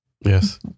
Yes